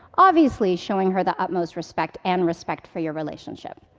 obviously showing her the utmost respect and respect for your relationship.